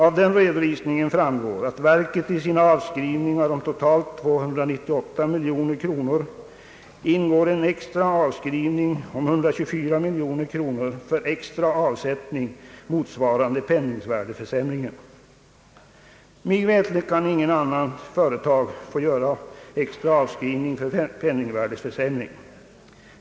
Av den redovisningen framgår att i verkets avskrivningar om totalt 298 miljoner ingår en extra avskrivning om 124 miljoner kronor för extra avsättning motsvarande penningvärdeförsämringen. Mig veterligt kan inget annat företag få göra extra avskrivning för penningvärdeförsämring.